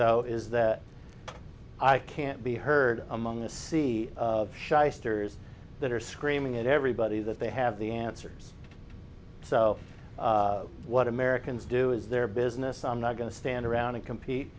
though is that i can't be heard among the sea shysters that are screaming at everybody that they have the answers so what americans do is their business i'm not going to stand around and compete